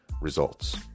results